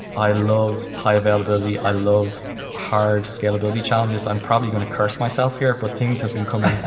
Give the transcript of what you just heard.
i love high availability, i love hard scalability challenges. i'm probably going to curse myself here, but things have been coming